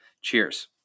Cheers